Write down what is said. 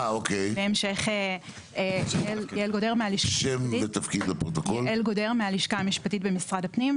יעל גודר, מהלשכה המשפטית במשרד הפנים.